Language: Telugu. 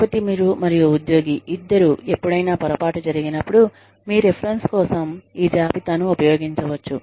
కాబట్టి మీరు మరియు ఉద్యోగి ఇద్దరూ ఎప్పుడైనా పొరపాటు జరిగినప్పుడు మీ రిఫరెన్స్ కోసం ఈ జాబితాను ఉపయోగించవచ్చు